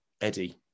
Eddie